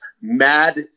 mad